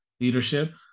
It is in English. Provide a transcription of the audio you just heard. Leadership